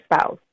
spouse